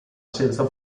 senza